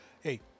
Hey